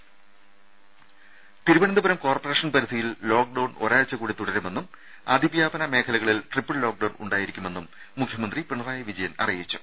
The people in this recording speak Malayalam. രേര തിരുവനന്തപുരം കോർപ്പറേഷൻ പരിധിയിൽ ലോക്ഡൌൺ ഒരാഴ്ചകൂടി തുടരുമെന്നും അതിവ്യാപന മേഖലകളിൽ ട്രിപ്പിൾ ലോക്ഡൌൺ ഉണ്ടായിരിക്കുമെന്നും മുഖ്യമന്ത്രി പിണറായി വിജയൻ അറിയിച്ചു